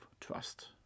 Trust